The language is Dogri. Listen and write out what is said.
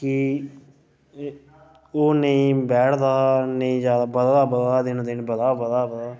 कि ओह् नेईं बैठदा नेईं जैदा बधदा बधदा दिनो दिन बदधा बदधा बदधा